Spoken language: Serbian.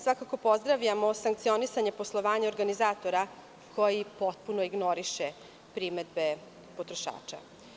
Svakako, pozdravljamo sankcionisanje poslovanje organizatora koji potpuno ignoriše primedbe potrošača.